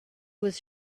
was